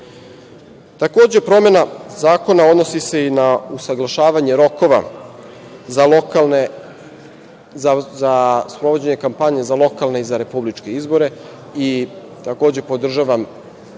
procesu. Takođe, promena zakona odnosi se i na usaglašavanje rokova za sprovođenje kampanje za lokalne i za republičke izbore i takođe podržavam